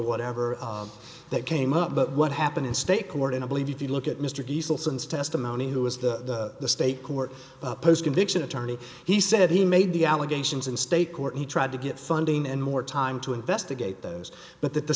whatever that came up but what happened in state court and i believe if you look at mr diesel since testimony who is the state court post conviction attorney he said he made the allegations in state court he tried to get funding and more time to investigate those but that the